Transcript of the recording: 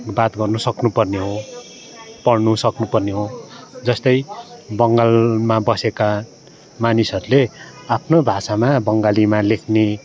बात गर्नु सक्नु पर्ने हो पढ्नु सक्नु पर्ने हो जस्तै बङ्गालमा बसेका मानिसहरूले आफ्नो भाषामा बङ्गालीमा लेख्ने